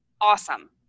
awesome